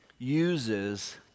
Uses